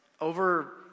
Over